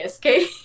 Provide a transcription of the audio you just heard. okay